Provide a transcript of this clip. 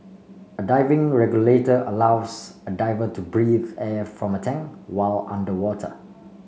a diving regulator allows a diver to breathe air from a tank while underwater